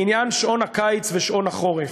בעניין שעון הקיץ ושעון החורף.